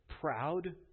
proud